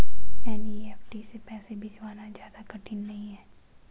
NEFT से पैसे भिजवाना ज्यादा कठिन नहीं है